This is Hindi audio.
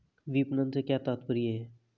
विपणन से क्या तात्पर्य है?